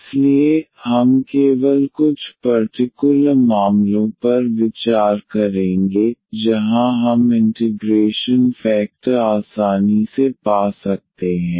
इसलिए हम केवल कुछ पर्टिकुलर मामलों पर विचार करेंगे जहां हम इंटिग्रेशन फेकटर आसानी से पा सकते हैं